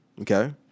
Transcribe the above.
okay